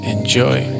Enjoy